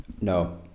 No